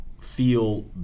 feel